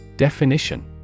Definition